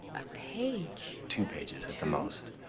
a page. two pages at the most.